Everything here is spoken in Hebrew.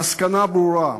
המסקנה ברורה: